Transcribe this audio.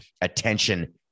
attention